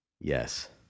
yes